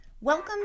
Welcome